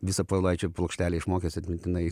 visą povilaičio plokštelę išmokęs atmintinai